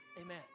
Amen